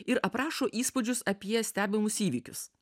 ir aprašo įspūdžius apie stebimus įvykius